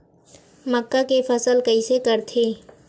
मक्का के फसल कइसे करथे?